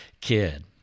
kid